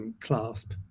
clasp